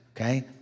okay